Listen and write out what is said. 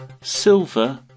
Silver